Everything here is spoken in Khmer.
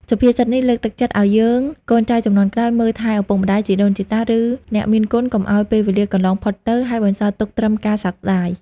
សុភាសិតនេះលើកទឹកចិត្តឲ្យយើងកូនចៅជំនាន់ក្រោយមើលថែឪពុកម្តាយ ជីដូនជីតា ឬអ្នកមានគុណ កុំឲ្យពេលវេលាកន្លងផុតទៅ ហើយបន្សល់ទុកត្រឹមការសោកស្តាយ។